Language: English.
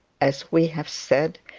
as we have said,